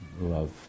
love